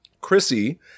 Chrissy